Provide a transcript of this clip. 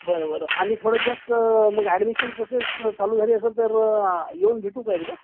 बरं बरं आणि थोडं जास्ट मग ॲडमिशन प्रोसेस चालू झाली असेल तर येऊन भेटू का एकदा